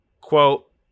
Quote